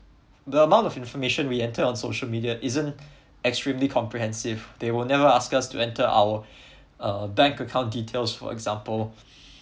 the amount of information we enter on social media isn't extremely comprehensive they will never ask us to enter our uh bank account details for example